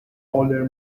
older